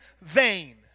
vain